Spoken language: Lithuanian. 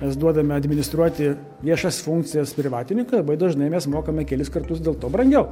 mes duodame administruoti viešas funkcijas privatininkui labai dažnai mes mokame kelis kartus dėl to brangiau